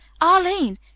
Arline